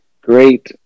Great